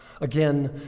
Again